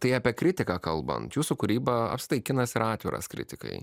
tai apie kritiką kalbant jūsų kūryba apskritai kinas yra atviras kritikai